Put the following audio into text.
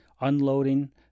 unloading